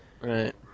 Right